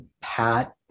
Pat